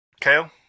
Kale